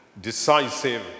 decisive